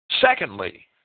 Secondly